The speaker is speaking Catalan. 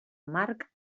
marc